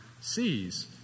sees